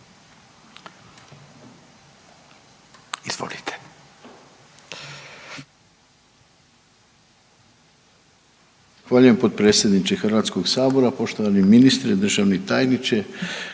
(HDZ)** Zahvaljujem potpredsjedniče Hrvatskog sabora, poštovani ministre, tajniče,